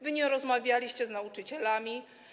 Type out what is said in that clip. Wy nie rozmawialiście z nauczycielami.